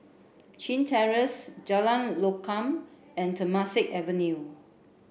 Chin Terrace Jalan Lokam and Temasek Avenue